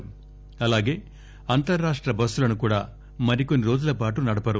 అలాగే అలాగే అ అంతర్రాష్ణ బస్సులను కూడా మరికొన్ని రోజుల పాటు నడపరు